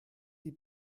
die